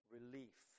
Relief